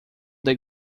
they